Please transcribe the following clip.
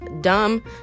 dumb